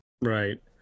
Right